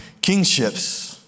kingships